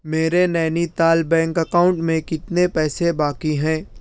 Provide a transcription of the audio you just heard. میرے Nainital bank account میں کتنے پیسے باقی ہیں